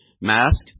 Mask